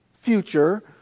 future